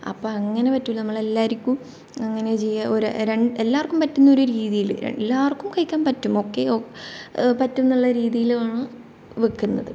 അപ്പോൾ അങ്ങനെ പറ്റില്ല നമ്മളെല്ലാവർക്കും അങ്ങനെ ചെയ്യുക എല്ലാവർക്കും പറ്റുന്ന ഒരു രീതിയിൽ എല്ലാവർക്കും കഴിക്കാൻ പറ്റും ഓക്കേ പറ്റും എന്നുള്ള രീതിയിലാണ് വയ്ക്കുന്നത്